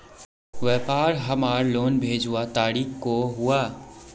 व्यापार हमार लोन भेजुआ तारीख को हुआ?